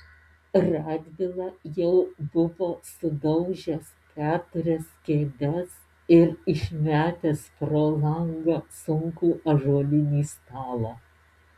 radvila jau buvo sudaužęs keturias kėdes ir išmetęs pro langą sunkų ąžuolinį stalą